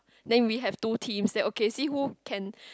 then we have two team say okay see who can